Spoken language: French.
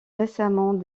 récemment